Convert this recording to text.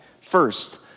First